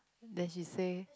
then she say